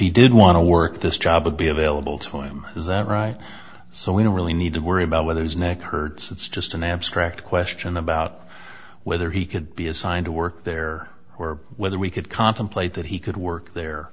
he did want to work this job would be available to him is that right so we don't really need to worry about whether his neck hurts it's just an abstract question about whether he could be assigned to work there or whether we could contemplate that he could work there